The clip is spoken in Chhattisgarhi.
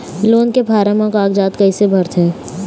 लोन के फार्म अऊ कागजात कइसे भरथें?